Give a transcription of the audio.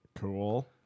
Cool